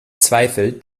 zweifel